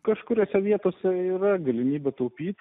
kažkuriose vietose yra galimybė taupyti